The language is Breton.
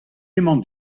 emañ